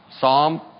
Psalm